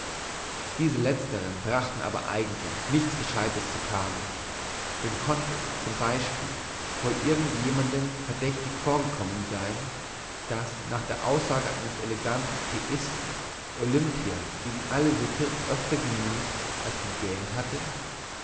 diese letzteren brachten aber eigentlich nichts gescheutes zutage denn konnte z b wohl irgend jemanden verdächtig vorgekommen sein daß nach der aussage eines eleganten teeisten olimpia gegen alle sitte öfter genieset als gegähnt hatte